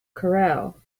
corral